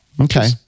okay